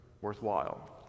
worthwhile